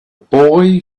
boy